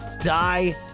die